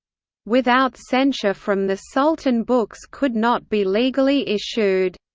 without censure from the sultan books could not be legally issued.